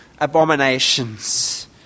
abominations